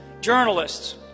journalists